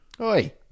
Oi